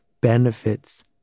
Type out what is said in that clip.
benefits